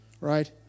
Right